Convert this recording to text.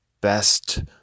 best